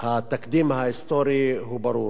התקדים ההיסטורי הוא ברור: